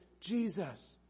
Jesus